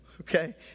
okay